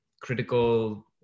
critical